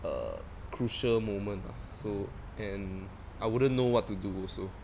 err crucial moment lah so and I wouldn't know what to do also